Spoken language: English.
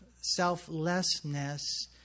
selflessness